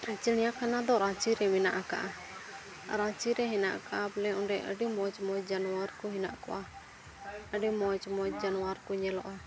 ᱪᱤᱲᱤᱭᱟᱠᱷᱟᱱᱟ ᱫᱚ ᱨᱟᱸᱪᱤ ᱨᱮ ᱢᱮᱱᱟᱜ ᱟᱠᱟᱫᱼᱟ ᱨᱟᱹᱪᱤ ᱨᱮ ᱢᱮᱱᱟᱜ ᱟᱠᱟᱫᱼᱟ ᱵᱚᱞᱮ ᱚᱸᱰᱮ ᱟᱹᱰᱤ ᱢᱚᱡᱽ ᱢᱚᱡᱽ ᱡᱟᱱᱣᱟᱨ ᱠᱚ ᱢᱮᱱᱟᱜ ᱠᱚᱣᱟ ᱟᱹᱰᱤ ᱢᱚᱡᱽ ᱢᱚᱡᱽ ᱡᱟᱱᱣᱟᱨ ᱠᱚ ᱧᱮᱞᱚᱜᱼᱟ